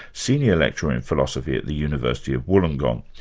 senior lecturer in philosophy at the university of wollongong.